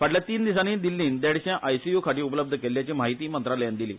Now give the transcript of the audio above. फाटल्या तीन दिसांनी दिल्लीन देडशे आयसीयू खाटी उपलब्ध केल्ल्याची म्हायती मंत्रालयान दिली